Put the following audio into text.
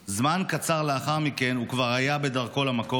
זמן קצר לאחר מכן הוא כבר היה בדרכו למקום,